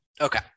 Okay